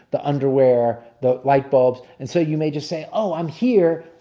the underwear, the lightbulbs. and so you may just say, oh, i'm here.